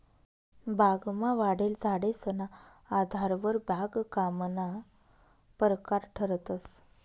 बागमा वाढेल झाडेसना आधारवर बागकामना परकार ठरतंस